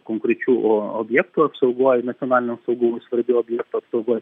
konkrečių objektų apsaugoj nacionaliniam saugumui svarbių objektų apsaugoj